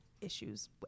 issues